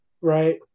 right